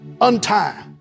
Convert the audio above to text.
untie